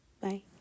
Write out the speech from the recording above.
Bye